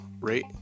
rate